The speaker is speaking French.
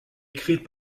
écrites